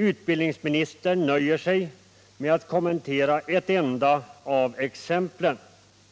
Utbildningsministern nöjer sig med att kommentera ett enda av exemplen